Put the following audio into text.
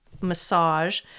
massage